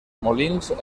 molins